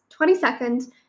22nd